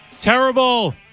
Terrible